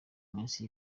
minsi